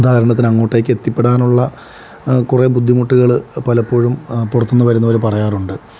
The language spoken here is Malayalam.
ഉദാഹരണത്തിന് അങ്ങോട്ടേക്ക് എത്തിപ്പെടാനുള്ള കുറേ ബുദ്ധിമുട്ടുകൾ പലപ്പോഴും പുറത്തുനിന്ന് വരുന്നവരും പറയാറുണ്ട്